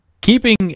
keeping